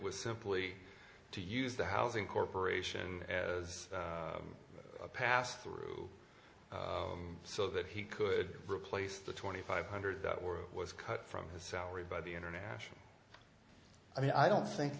was simply to use the housing corporation as a pass through so that he could replace the twenty five hundred that were it was cut from his salary by the international i mean i don't think